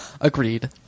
Agreed